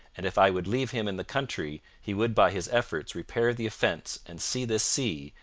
and if i would leave him in the country he would by his efforts repair the offence and see this sea,